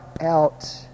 out